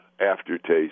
aftertaste